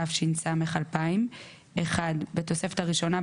התש"ס 2000 - (1) בתוספת הראשונה,